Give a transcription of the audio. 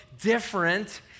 different